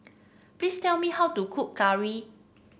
please tell me how to cook curry